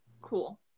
Cool